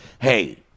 Hey